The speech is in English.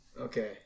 Okay